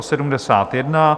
71.